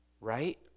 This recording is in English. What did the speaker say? right